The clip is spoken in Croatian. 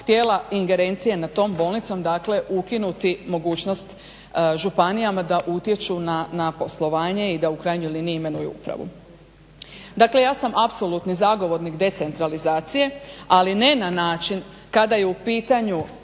htjela ingerencije nad tom bolnicom, dakle ukinuti mogućnost županijama da utječu na poslovanje i da u krajnjoj liniji imenuju upravu. Dakle ja sam apsolutni zagovornik decentralizacije, ali ne na način kada u pitanju